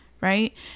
Right